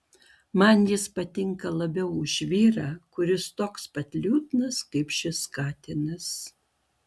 man jis patinka labiau už vyrą kuris toks pat liūdnas kaip šitas katinas